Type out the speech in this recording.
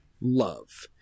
love